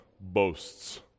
boasts